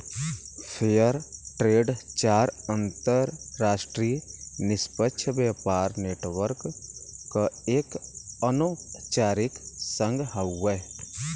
fair trade चार अंतरराष्ट्रीय निष्पक्ष व्यापार नेटवर्क क एक अनौपचारिक संघ हउवे